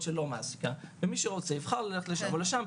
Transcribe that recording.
שלא מעסיקה מי שרוצה יבחר ללכת לשם או לשם.